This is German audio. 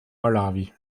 malawi